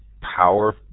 power